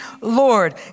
Lord